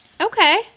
Okay